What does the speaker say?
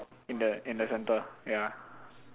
in the in the center ya